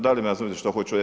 Da li me razumite što hoću reć?